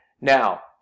Now